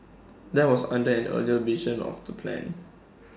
that was under an earlier version of the plan